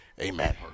amen